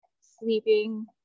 sleeping